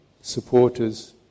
supporters